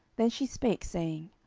then she spake, saying,